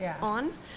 on